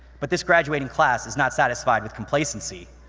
but this graduating class is not satisfied with complacency.